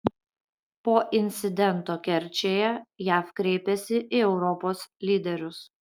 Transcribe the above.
po incidento kerčėje jav kreipiasi į europos lyderius